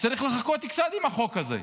שצריך לחכות קצת עם החוק הזה.